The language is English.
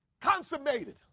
consummated